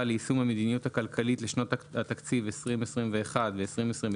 ליישום המדיניות הכלכלית לשנות התקציב 2021 ו-2022,